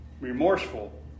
remorseful